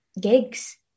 gigs